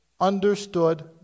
understood